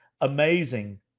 amazing